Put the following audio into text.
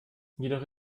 jedoch